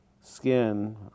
skin